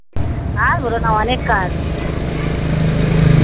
আর বোলো না অনেক কাজ